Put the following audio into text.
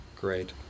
great